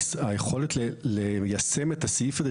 היכולת ליישם את הסעיף הזה,